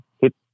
hit